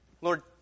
Lord